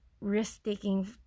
risk-taking